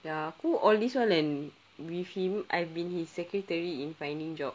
ya aku all this while and with him I've been his secretary in finding job